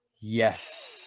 Yes